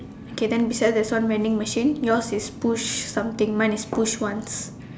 okay then beside there's one vending machine yours is push something mine is push once